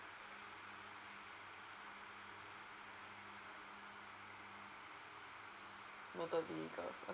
motor vehicles